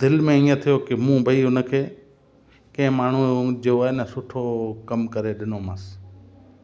दिलि में ईअं थियो की मूं भई उन खे कंहिं माण्हूअ जो आहे न सुठो कमु करे ॾिनोमांसि